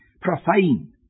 profane